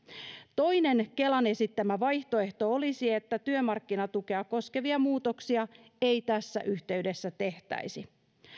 toinen kelan esittämä vaihtoehto olisi että työmarkkinatukea koskevia muutoksia ei tässä yhteydessä tehtäisi